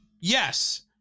Yes